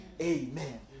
Amen